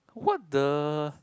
what the